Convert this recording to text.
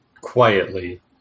quietly